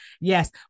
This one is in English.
yes